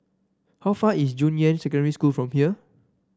how far is Junyuan Secondary School from here